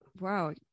Wow